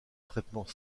traitement